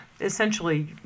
essentially